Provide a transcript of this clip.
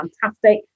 fantastic